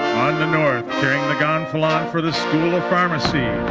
the north, carrying the gonfalon for the school of pharmacy,